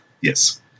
Yes